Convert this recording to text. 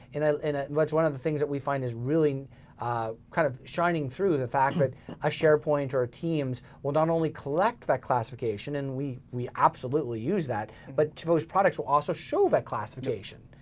and and that's one of the things that we find is really kind of shining through the fact that a sharepoint or a teams will not only collect that classification, and we we absolutely use that, but those products will also show that classification.